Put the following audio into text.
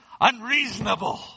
unreasonable